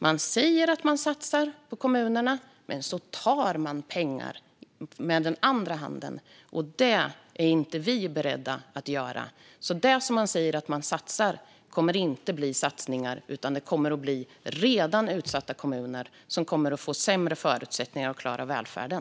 Man säger att man satsar på kommunerna, men med andra handen tar man pengar. Det är vi inte beredda att göra. Det man säger att man satsar kommer inte att bli av, utan det kommer att bli redan utsatta kommuner som får sämre förutsättningar att klara välfärden.